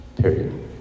Period